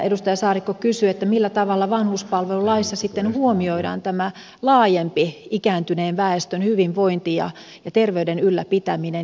edustaja saarikko kysyi millä tavalla vanhuspalvelulaissa sitten huomioidaan tämä laajempi ikääntyneen väestön hyvinvointi ja terveyden ylläpitäminen